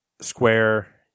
Square